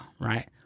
Right